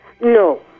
No